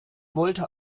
wollte